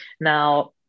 Now